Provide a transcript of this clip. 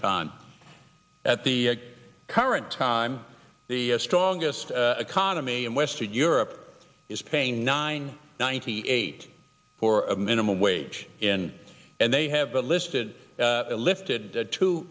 time at the current time the strongest economy in western europe is paying nine ninety eight for a minimum wage in and they have a listed lifted two